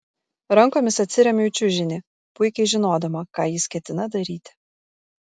rankomis atsiremiu į čiužinį puikiai žinodama ką jis ketina daryti